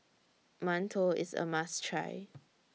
mantou IS A must Try